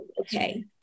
okay